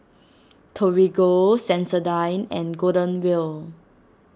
Torigo Sensodyne and Golden Wheel